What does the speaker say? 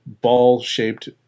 ball-shaped